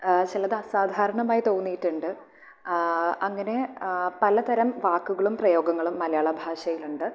ചിലത് അസാധാരണമായി തോന്നിയിട്ടുണ്ട് അങ്ങനെ പലതരം വാക്കുകളും പ്രയോഗങ്ങളും മലയാളഭാഷയിലുണ്ട്